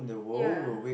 ya